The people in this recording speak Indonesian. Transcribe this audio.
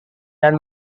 dan